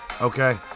Okay